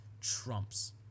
trumps